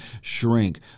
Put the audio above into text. shrink